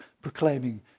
proclaiming